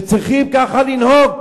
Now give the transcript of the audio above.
שצריכים כך לנהוג,